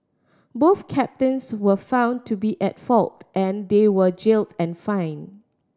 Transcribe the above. both captains were found to be at fault and they were jailed and fined